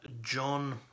John